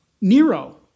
Nero